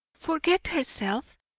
forget herself!